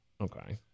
Okay